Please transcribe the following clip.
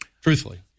Truthfully